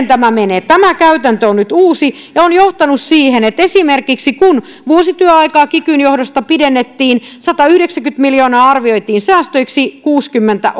tämä menee tämä käytäntö on nyt uusi ja on johtanut siihen että esimerkiksi kun vuosityöaikaa kikyn johdosta pidennettiin satayhdeksänkymmentä miljoonaa arvioitiin säästöiksi kuusikymmentä